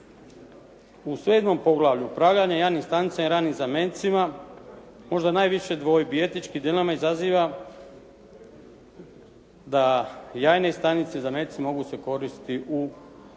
se ne razumije./ … jajnih stanica i ranim zamecima možda najviše dvojbi. Etičku dilemu izaziva da jajne stanice i zameci mogu se koristiti u